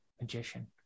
magician